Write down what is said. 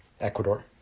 Ecuador